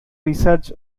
research